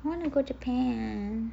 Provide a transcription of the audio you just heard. want to go japan